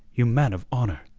you man of honour!